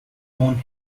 own